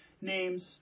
names